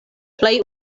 plej